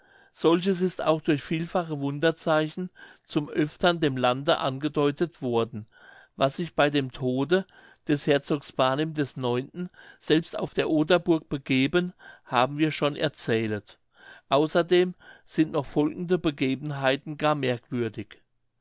solches ist auch durch vielfache wunderzeichen zum öftern dem lande angedeutet worden was sich bei dem tode des herzogs barnim ix selbst auf der oderburg begeben haben wir schon erzählet außerdem sind noch folgende begebenheiten gar merkwürdig